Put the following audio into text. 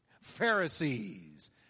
Pharisees